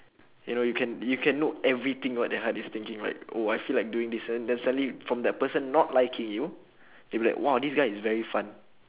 you know you can you can know everything what their heart is thinking right oh I feel like doing this one then suddenly from that person not liking you they will like !whoa! this guy is very fun